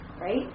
right